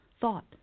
thought